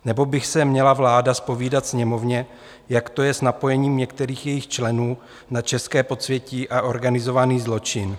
Nebo by se měla vláda zpovídat Sněmovně, jak to je s napojením některých jejích členů na české podsvětí a organizovaný zločin.